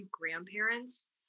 grandparents